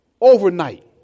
Overnight